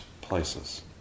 places